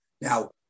Now